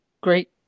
Great